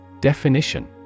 Definition